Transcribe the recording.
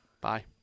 Bye